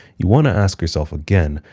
you want to ask yourself again,